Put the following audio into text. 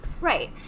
Right